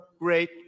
great